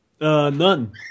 None